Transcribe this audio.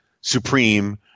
supreme